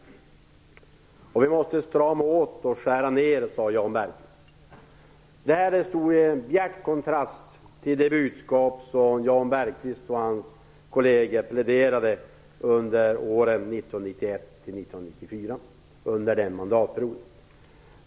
Vi måste strama åt och skära ner, sade Jan Bergqvist. Det står i bjärt kontrast till det budskap som Jan Bergqvist och hans kolleger pläderade för under åren 1991-1994, dvs. under en mandatperiod.